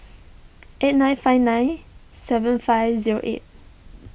eight nine five nine seven five zero eight